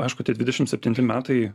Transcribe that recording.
aišku tie dvidešimt septinti metai